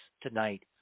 tonight